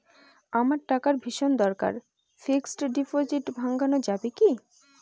আমার টাকার ভীষণ দরকার ফিক্সট ডিপোজিট ভাঙ্গানো যাবে কি?